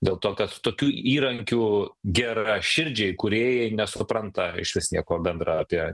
dėl to kad tokių įrankių geraširdžiai kūrėjai nesupranta išvis nieko bendra apie